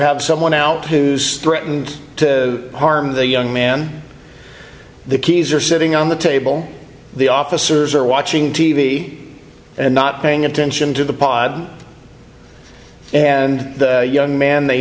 have someone out who's threatened to harm the young man the keys are sitting on the table the officers are watching t v and not paying attention to the pod and the young man they